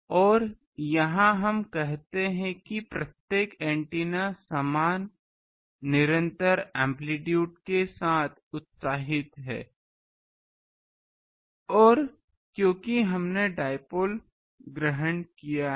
और यहां हम कहते हैं कि प्रत्येक एंटीना समान निरंतर एम्पलीटूड के साथ उत्साहित है और क्योंकि हमने डाइपोल ग्रहण किया है